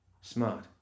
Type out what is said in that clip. Smart